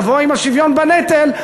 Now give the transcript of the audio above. כשתבואו עם השוויון בנטל,